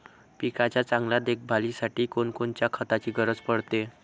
पिकाच्या चांगल्या देखभालीसाठी कोनकोनच्या खताची गरज पडते?